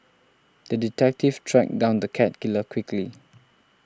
the detective tracked down the cat killer quickly